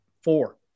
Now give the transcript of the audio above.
four